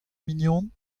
mignon